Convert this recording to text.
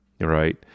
Right